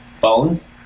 Bones